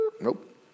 nope